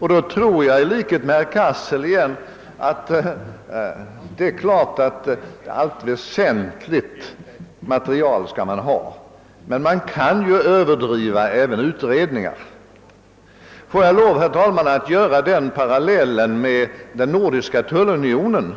Jag anser — och även härvidlag ansluter jag mig till herr Cassels synpunkter — att allt väsentligt material skall man ha, men man kan ju överdriva även när det gäller utredningar. Låt mig dra en parallell med frågan om den Nordiska tullunionen.